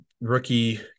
rookie